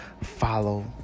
follow